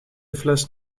fles